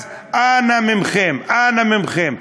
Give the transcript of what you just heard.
אז אנא מכם, אנא מכם,